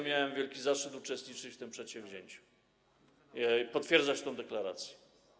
Miałem wielki zaszczyt uczestniczyć w tym przedsięwzięciu, potwierdzać tę deklarację.